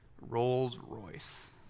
Rolls-Royce